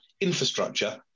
infrastructure